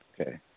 Okay